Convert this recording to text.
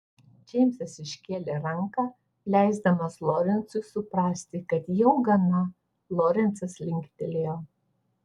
džeimsas iškėlė ranką leisdamas lorencui suprasti kad jau gana lorencas linktelėjo